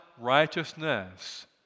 righteousness